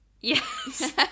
Yes